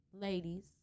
ladies